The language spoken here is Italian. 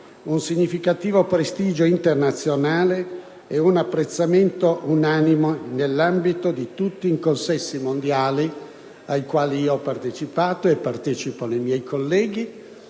un significativo prestigio internazionale e un apprezzamento unanime nell'ambito di tutti i consessi mondiali ai quali ho partecipato e partecipano i miei colleghi.